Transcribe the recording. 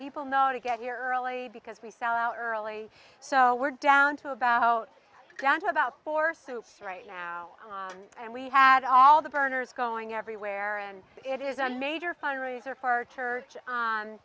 people know to get here early because we sell out early so we're down to about about four suits right now and we had all the burners going everywhere and it is a major fundraiser for our church